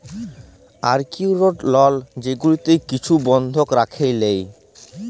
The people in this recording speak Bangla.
আল সিকিউরড লল যেগুলাতে কিছু বল্ধক রাইখে লেই